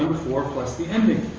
plus the ending.